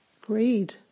Greed